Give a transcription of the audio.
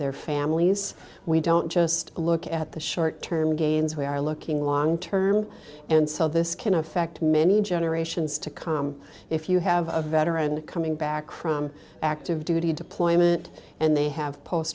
their families we don't just look at the short term gains we are looking long term and so this can affect many generations to come if you have a veteran coming back from active duty deployment and they have post